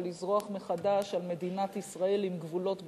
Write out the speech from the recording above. אבל לזרוח מחדש על מדינת ישראל עם גבולות בטוחים,